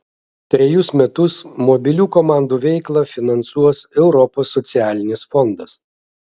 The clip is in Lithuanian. trejus metus mobilių komandų veiklą finansuos europos socialinis fondas